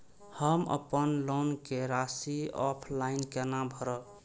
हम अपन लोन के राशि ऑफलाइन केना भरब?